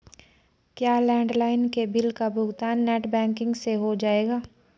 क्या लैंडलाइन के बिल का भुगतान नेट बैंकिंग से हो जाएगा?